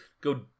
go